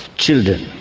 children,